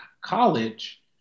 college